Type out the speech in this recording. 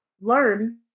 learn